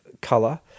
color